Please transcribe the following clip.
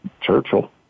Churchill